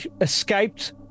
escaped